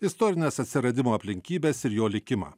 istorines atsiradimo aplinkybes ir jo likimą